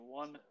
one